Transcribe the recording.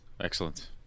Excellent